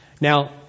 Now